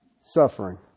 suffering